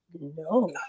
no